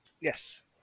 Yes